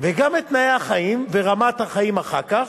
וגם את תנאי החיים ואת רמת החיים אחר כך,